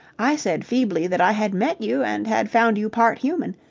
i said feebly that i had met you and had found you part human,